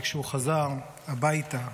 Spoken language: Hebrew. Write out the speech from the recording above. וכשהוא חזר הביתה,